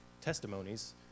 testimonies